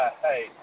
hey